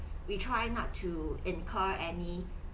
we try not to incur any